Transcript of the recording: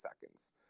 seconds